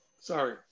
Sorry